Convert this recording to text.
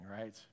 right